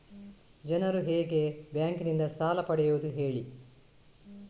ಜನರು ಹೇಗೆ ಬ್ಯಾಂಕ್ ನಿಂದ ಸಾಲ ಪಡೆಯೋದು ಹೇಳಿ